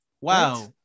wow